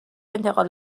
انتقال